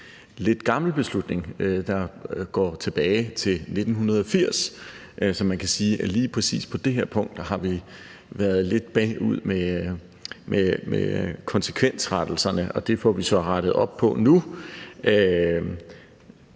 en lidt gammel beslutning, der går tilbage til 1980. Så man kan sige, at lige præcis på det her punkt har vi været lidt bagud med konsekvensrettelserne, og det får vi så rettet op på nu.